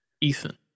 Ethan